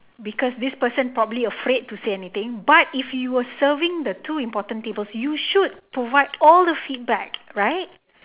because this person probably afraid to say anything but if you where serving the two important tables you should provide all the feedback right